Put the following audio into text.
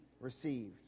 received